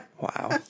Wow